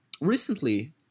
recently